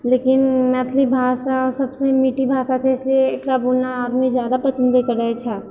लेकिन मैथिली भाषा सबसँ मीठी भाषा छै इसलिए एकरा बोलना आदमी जादा पसन्द करै छै